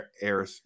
air